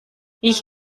ich